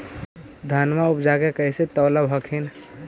धनमा उपजाके कैसे तौलब हखिन?